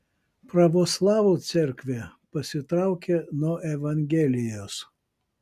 pravoslavų cerkvė pasitraukė nuo evangelijos